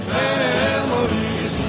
memories